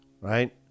right